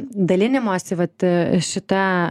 dalinimosi vat šita